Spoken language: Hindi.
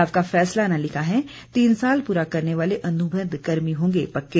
आपका फैसला ने लिखा है तीन साल पूरा करने वाले अनुबंध कर्मी होंगे पक्के